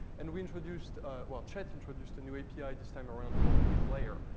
and we introduced well, chet introduced a new api this time around called withlayer.